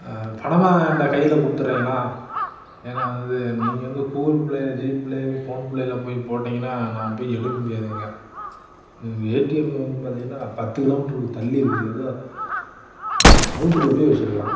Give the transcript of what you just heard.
பணமா என்கிட்ட கையில் கொடுத்துறீங்கன்னா ஏன்னா இது நீங்கள் வந்து கூகுள் ப்ளே ஜிபிளே ஃபோன் ப்வுல போய் போட்டீங்கன்னா நான் போய் எடுக்க முடியாதுங்க ஏடிஎம் வந்து பார்த்தீங்கன்னா பத்து கிலோ மீட்டருக்கு தள்ளி இருக்குதுங்க ஏதோ அவுட்டரில் போய் வச்சிருக்கிறான்